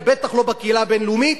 ובטח לא בקהילה הבין-לאומית,